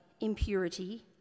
impurity